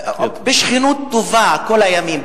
בשכנות טובה, כל הימים.